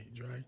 right